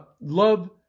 love